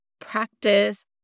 practice